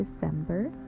December